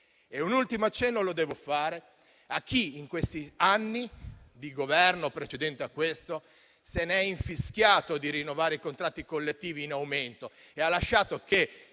Un ultimo accenno lo devo fare a chi negli anni del Governo precedente a questo se ne è infischiato di rinnovare i contratti collettivi in aumento, lasciando che